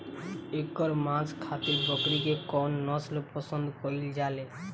एकर मांस खातिर बकरी के कौन नस्ल पसंद कईल जाले?